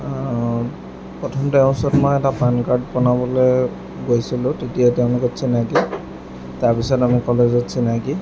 প্ৰথম তেওঁৰ ওচৰত মই এটা পান কাৰ্ড বনাবলৈ গৈছিলোঁ তেতিয়া তেওঁৰ লগত চিনাকি তাৰপিছত আমাৰ কলেজত চিনাকি